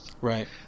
Right